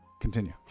Continue